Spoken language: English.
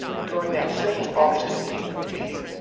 during that same august fifteenth meeting,